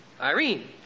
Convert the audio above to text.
Irene